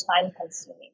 time-consuming